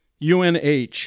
UNH